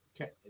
Okay